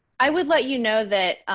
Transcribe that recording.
i would let you know that